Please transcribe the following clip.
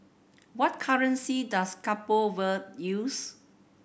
what currency does Cabo Verde use